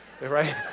right